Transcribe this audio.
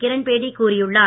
கிரண் பேடி கூறியுள்ளார்